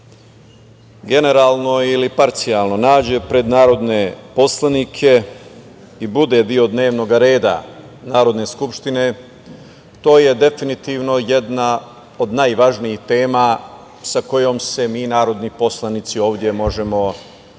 generalno ili parcijalno nađe pred narodnim poslanicima i bude deo dnevnog reda Narodne skupštine to je definitivno jedan od najvažnijih tema sa kojom se mi, narodni poslanici, ovde možemo